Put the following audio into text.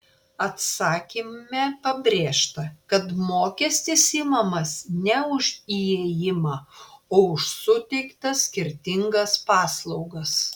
atsakyme pabrėžta kad mokestis imamas ne už įėjimą o už suteiktas skirtingas paslaugas